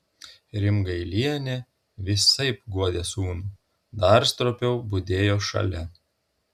rimgailienė visaip guodė sūnų dar stropiau budėjo šalia